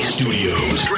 Studios